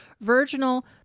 virginal